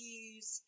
use